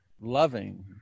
loving